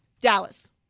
dallas